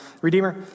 Redeemer